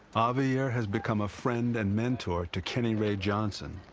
javier has become a friend and mentor to kenny ray johnson,